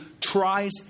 tries